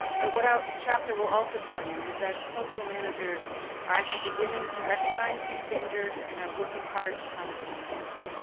but what our chapter will also tell you is that coastal managers are actually beginning to recognize these dangers and are working hard to find solutions.